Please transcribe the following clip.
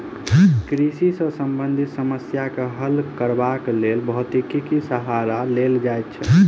कृषि सॅ संबंधित समस्या के हल करबाक लेल भौतिकीक सहारा लेल जाइत छै